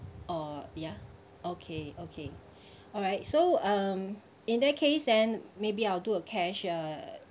or ya okay okay alright so um in that case then maybe I'll do a cash uh